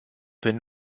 wenn